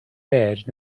bed